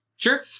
Sure